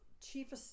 chief